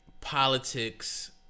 politics